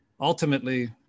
ultimately